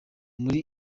muri